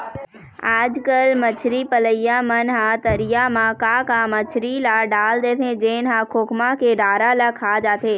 आजकल मछरी पलइया मन ह तरिया म का का मछरी ल डाल देथे जेन ह खोखमा के डारा ल खा जाथे